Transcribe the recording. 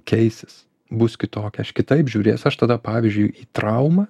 keisis bus kitokia aš kitaip žiūrės aš tada pavyzdžiui į traumą